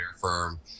firm